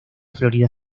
florida